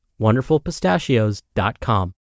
wonderfulpistachios.com